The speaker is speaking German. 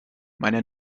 meine